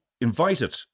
invited